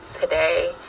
today